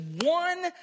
one